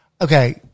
okay